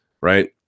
right